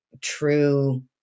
true